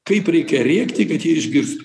kaip reikia rėkti kad jie išgirstų